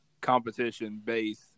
competition-based